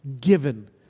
given